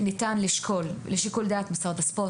ניתן לשקול לשיקול הדעת של משרד הספורט,